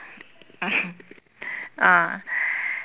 ah